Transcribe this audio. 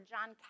John